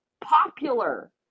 popular